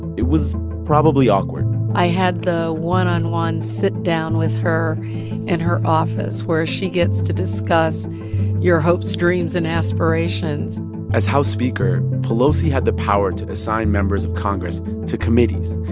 it was probably awkward i had the one-on-one sit-down with her in her office where she gets to discuss your hopes, dreams and aspirations as house speaker, pelosi had the power to assign members of congress to committees.